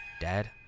Dad